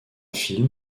film